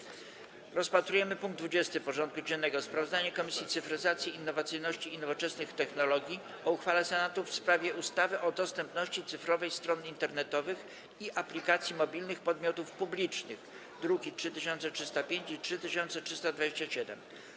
Przystępujemy do rozpatrzenia punktu 20. porządku dziennego: Sprawozdanie Komisji Cyfryzacji, Innowacyjności i Nowoczesnych Technologii o uchwale Senatu w sprawie ustawy o dostępności cyfrowej stron internetowych i aplikacji mobilnych podmiotów publicznych (druki nr 3305 i 3327)